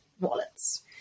wallets